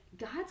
God's